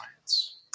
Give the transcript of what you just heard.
science